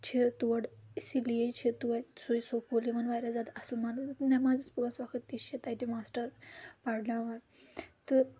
چھِ تور اِسی لیے چھِ توتہِ سُے سکوٗل یِوان واریاہ زیادٕ اَصٕل مانٛنہٕ نٮ۪مازیٚز پانٛژھ وَقت تہِ چھِ تَتہِ ماسٹَر پَرناوان تہٕ